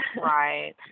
Right